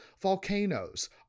Volcanoes